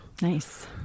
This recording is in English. Nice